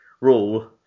rule